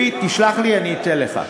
תשלח לי, אני אתן לך.